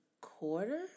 quarter